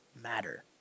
matter